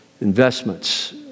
investments